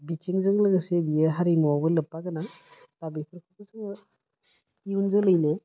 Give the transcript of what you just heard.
बिथिंजों लोगोसे बियो हारिमुवावबो लोब्बा गोनां बा बेफोरखौ जोङो इयुन जोलैनो